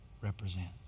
represents